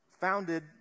founded